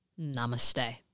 Namaste